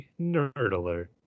Nerdler